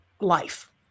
life